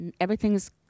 everything's